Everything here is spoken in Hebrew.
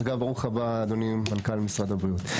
ברוך הבא, אדוני מנכ"ל משרד הבריאות.